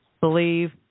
believe